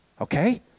okay